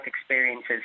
experiences